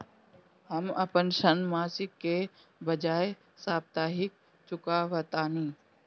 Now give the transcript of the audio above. हम अपन ऋण मासिक के बजाय साप्ताहिक चुकावतानी